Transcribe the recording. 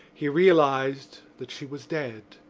he realised that she was dead,